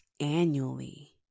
annually